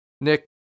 Nick